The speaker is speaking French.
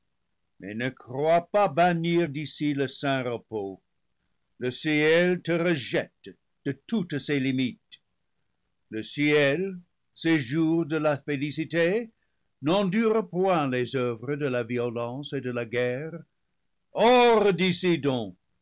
mais ne crois pas bannir d'ici le saint repos le ciel te rejette de toutes ses limites le ciel séjour de la félicité n'endure point les oeuvres de la violence et de la guerre